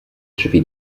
drzwi